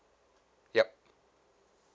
yup